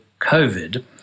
COVID